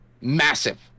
massive